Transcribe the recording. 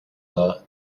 are